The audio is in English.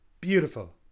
beautiful